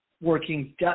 working